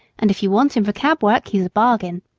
and if you want him for cab work he's a bargain.